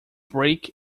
brick